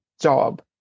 job